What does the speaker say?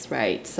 right